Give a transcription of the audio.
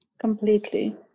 Completely